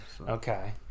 Okay